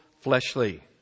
fleshly